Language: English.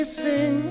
sing